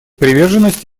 приверженность